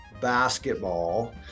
basketball